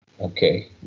okay